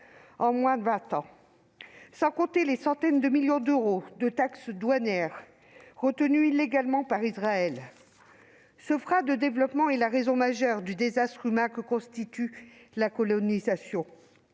en moins de vingt ans, sans compter les centaines de millions d'euros de taxes douanières retenus illégalement par Israël. Ce frein au développement est la raison majeure du désastre humain que constitue la colonisation